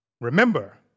Remember